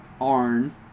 Arn